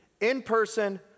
in-person